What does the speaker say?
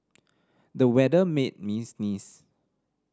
the weather made me sneeze